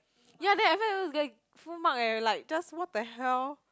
ya then at first everyone was like full mark eh like just what the hell